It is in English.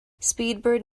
speedbird